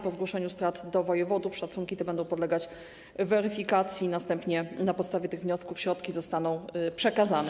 Po zgłoszeniu strat do wojewodów szacunki te będą podlegać weryfikacji i następnie na podstawie tych wniosków środki zostaną przekazane.